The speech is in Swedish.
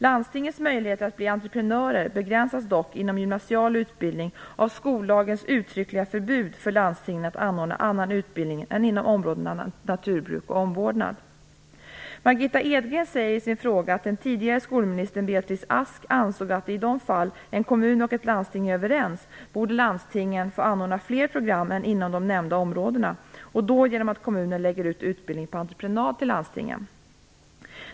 Landstingens möjligheter att bli entreprenörer begränsas dock inom gymnasial utbildning av skollagens uttryckliga förbud för landstingen att anordna annan utbildning än inom områdena naturbruk och omvårdnad. Margitta Edgren säger i sin fråga att den tidigare skolministern Beatrice Ask ansåg att i de fall en kommun och ett landsting är överens, borde landstingen få anordna fler program än inom de nämnda områdena och då genom att kommunen lägger ut utbildning på entreprenad till landstingen.